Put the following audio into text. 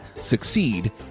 succeed